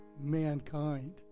mankind